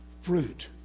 fruit